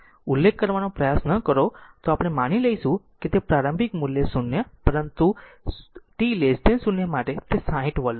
ઉલ્લેખ કરવાનો પ્રયાસ ન કરો તો આપણે માની લઈશું કે તે પ્રારંભિક મૂલ્ય 0 પરંતુ t 0 માટે તે 60 V છે